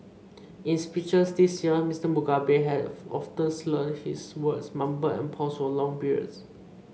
in speeches this year Mister Mugabe have often slurred his words mumbled and paused for long periods